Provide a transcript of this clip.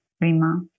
Rima